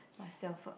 myself ah